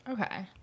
Okay